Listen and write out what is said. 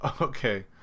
Okay